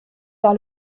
par